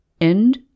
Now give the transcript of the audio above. End